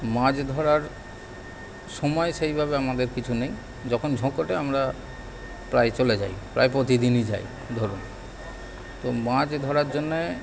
মাছ ধরার সময় সেইভাবে আমাদের কিছু নেই যখন ঝোঁক ওঠে আমরা প্রায় চলে যাই প্রায় প্রতিদিনই যাই ধরুন তো মাছ ধরার জন্য